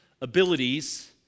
abilities